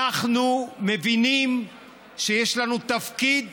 אנחנו מבינים שיש לנו תפקיד,